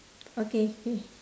okay K